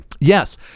Yes